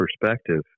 perspective